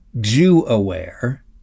Jew-aware